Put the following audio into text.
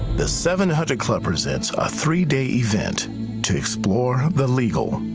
the seven hundred club presents a three-day event to explore the legal,